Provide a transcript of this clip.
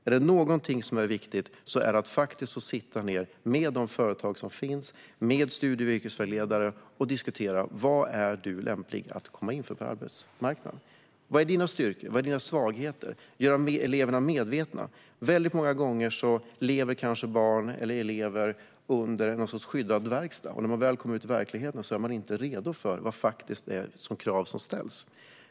Är det något som är viktigt så är det att sitta ned med företag och studie och yrkesvägledare och diskutera vad på arbetsmarknaden du lämpar dig för. Vad är dina styrkor och svagheter? Eleverna måste göras medvetna. Många gånger lever elever i något slags skyddad verkstad, och när de väl kommer ut i verkligheten är de inte redo för de krav som faktiskt ställs.